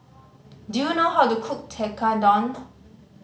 do you know how to cook Tekkadon